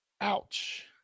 Ouch